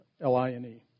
L-I-N-E